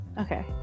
okay